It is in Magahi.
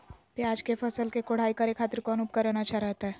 प्याज के फसल के कोढ़ाई करे खातिर कौन उपकरण अच्छा रहतय?